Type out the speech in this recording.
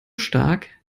stark